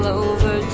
over